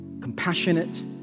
compassionate